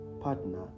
partner